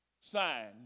Signed